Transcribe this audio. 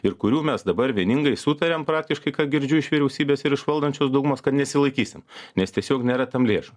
ir kurių mes dabar vieningai sutariam praktiškai ką girdžiu iš vyriausybės ir iš valdančios daugumos kad nesilaikysim nes tiesiog nėra tam lėšų